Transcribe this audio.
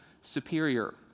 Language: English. superior